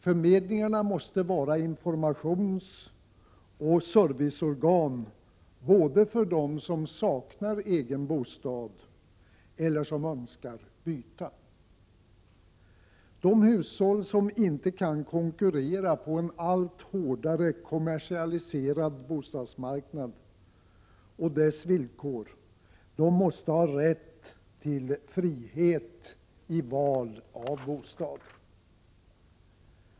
Förmedlingarna måste vara informationsoch serviceorgan för både dem som saknar egen bostad och dem som önskar byta. De hushåll som inte kan konkurrera på en allt hårdare kommersialiserad bostadsmarknad och dess villkor måste ha rätt till och frihet i val av bostad.